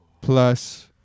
Plus